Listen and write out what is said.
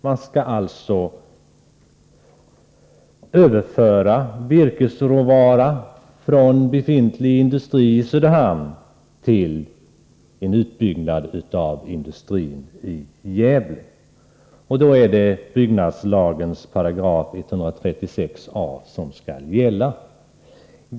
Man skall alltså överföra virkesråvara från befintlig industri i Söderhamn till en utbyggnad av industrin i Gävle. Det är byggnadslagens 136 a § som skall gälla.